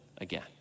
again